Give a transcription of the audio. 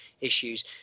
issues